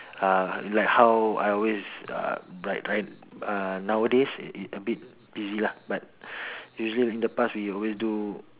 uh like how I always uh right uh nowadays it it a bit busy lah but usually in the past we always do